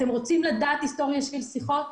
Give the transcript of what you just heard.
אתם רוצים לדעת היסטוריה של שיחות?